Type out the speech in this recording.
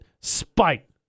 spite